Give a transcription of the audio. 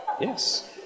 Yes